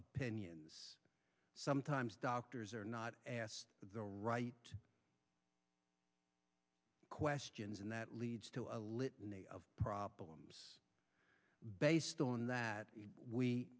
opinion sometimes doctors are not the right questions and that leads to a litany of problems based on that we